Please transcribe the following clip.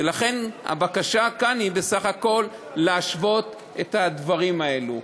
ולכן הבקשה כאן היא בסך הכול להשוות את הדברים האלה.